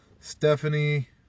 Stephanie